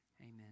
Amen